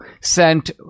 sent